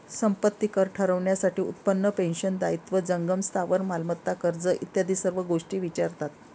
संपत्ती कर ठरवण्यासाठी उत्पन्न, पेन्शन, दायित्व, जंगम स्थावर मालमत्ता, कर्ज इत्यादी सर्व गोष्टी विचारतात